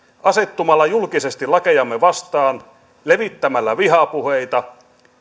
asettumalla julkisesti lakejamme vastaan levittämällä vihapuheita